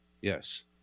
yes